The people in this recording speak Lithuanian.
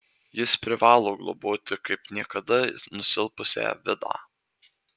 jis privalo globoti kaip niekada nusilpusią vidą